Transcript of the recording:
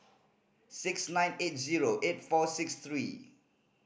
six nine eight zero eight four six three